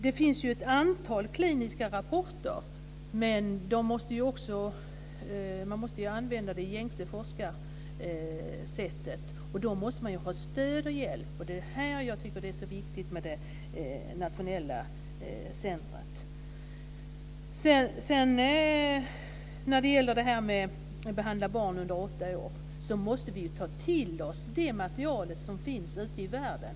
Det finns ett antal kliniska rapporter. Man måste använda det gängse forskarsättet. Då måste man ha stöd och hjälp. Därför är det viktigt med ett nationellt centrum. Jag talade tidigare om behandling av barn under åtta år. Vi måste ta till oss det material som finns ute i världen.